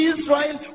Israel